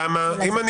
למה?